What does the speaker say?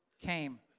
came